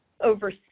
over